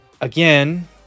again